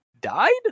died